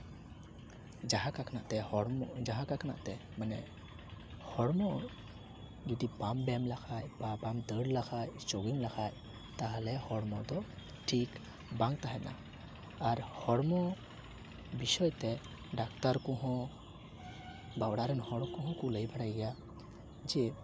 ᱡᱟᱦᱟᱸ ᱛᱮ ᱦᱚᱲᱢᱚ ᱡᱟᱦᱟᱸ ᱛᱮ ᱢᱟᱱᱮ ᱦᱚᱲᱢᱚ ᱡᱩᱫᱤ ᱵᱟᱢ ᱵᱮᱭᱟᱢ ᱞᱮᱠᱷᱟᱡ ᱵᱟ ᱵᱟᱢ ᱫᱟᱹᱲ ᱞᱮᱠᱷᱟᱡ ᱡᱳᱜᱤᱝ ᱞᱮᱠᱷᱟᱡ ᱛᱟᱦᱚᱞᱮ ᱦᱚᱲᱢᱚ ᱫᱚ ᱴᱷᱤᱠ ᱵᱟᱝ ᱛᱟᱦᱮᱱᱟ ᱟᱨ ᱦᱚᱲᱢᱚ ᱵᱤᱥᱚᱭ ᱛᱮ ᱰᱟᱠᱛᱟᱨ ᱠᱚᱦᱚᱸ ᱵᱟ ᱚᱲᱟᱜ ᱨᱮᱱ ᱦᱚᱲ ᱠᱚᱦᱚᱸ ᱠᱚ ᱞᱟᱹᱭ ᱵᱟᱲᱟᱭ ᱜᱮᱭᱟ ᱡᱮ